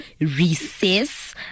recess